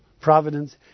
Providence